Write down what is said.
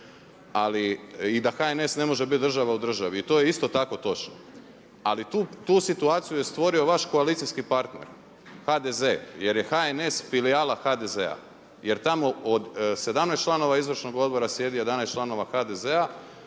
i da HNS ne može biti država u državi i to je isto tako točno. Ali tu situaciju je stvorio vaš koalicijski partner HDZ jer je HNS filijala HDZ-a. Jer tamo od 17 članova izvršnog odbora sjedi 11 članova HDZ-a.